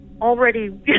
already